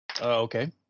Okay